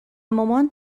مامان